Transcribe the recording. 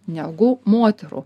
negu moterų